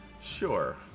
Sure